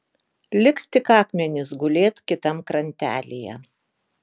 liks tik akmenys gulėt kitam krantelyje